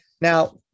Now